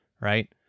right